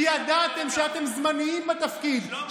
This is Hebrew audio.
כי ידעתם שאתם זמניים בתפקיד,